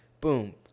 boom